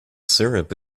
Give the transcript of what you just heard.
syrup